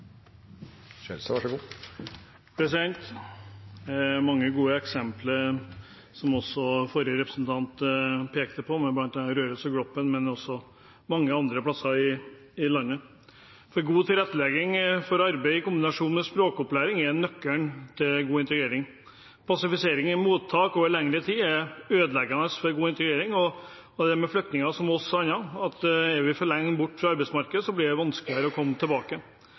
i landet. God tilrettelegging for arbeid i kombinasjon med språkopplæring er nøkkelen til god integrering. Passivisering i mottak over lengre tid er ødeleggende for god integrering. Det er med flyktninger som med oss andre – er vi for lenge borte fra arbeidsmarkedet, blir det vanskeligere å komme tilbake.